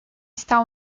está